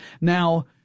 Now